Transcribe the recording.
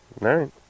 right